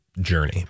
journey